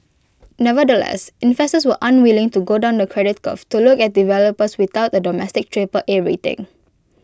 nevertheless investors were unwilling to go down the credit curve to look at developers without A domestic Triple A rating